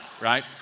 right